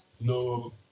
no